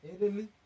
Italy